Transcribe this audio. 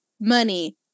money